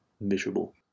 miserable